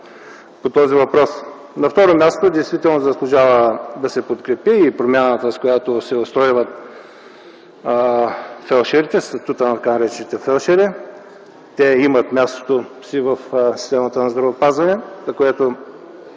по този въпрос. На второ място, действително заслужава да се подкрепи промяната, с която се устройва статутът на тъй наречените фелдшери. Те имат мястото си в системата на здравеопазването, което